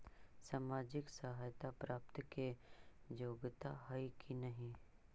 सामाजिक सहायता प्राप्त के योग्य हई कि नहीं?